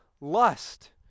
lust